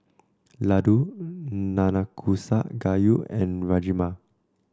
Ladoo Nanakusa Gayu and Rajma